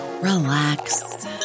relax